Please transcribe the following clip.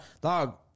dog